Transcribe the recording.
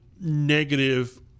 negative